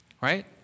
right